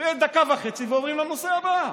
דקה וחצי ועוברים לנושא הבא.